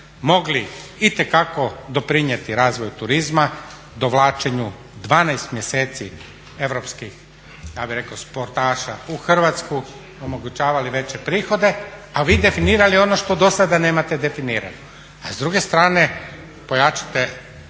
mogli itekako doprinijeti razvoju turizma, dovlačenju 12 mjeseci europskih sportaša u Hrvatsku, omogućavali veće prihode, a vi definirali ono što do sada nemate definirano. A s druge strane pojačate